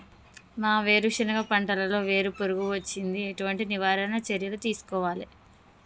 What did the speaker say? మా వేరుశెనగ పంటలలో వేరు పురుగు వచ్చింది? ఎటువంటి నివారణ చర్యలు తీసుకోవాలే?